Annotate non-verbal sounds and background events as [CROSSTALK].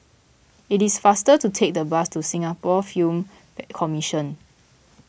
it is faster to take the bus to Singapore Film [HESITATION] Commission